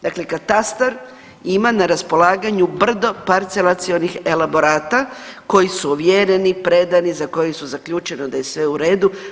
Dakle, katastar ima na raspolaganju brdo parcelacionih elaborata koji su ovjereni, predani, za koje su zaključeno da je sve u redu.